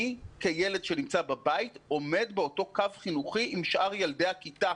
אני כילד שנמצא בבית עומד באותו קו חינוכי עם שאר ילדי הכיתה.